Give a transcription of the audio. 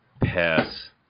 Pass